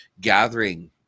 gathering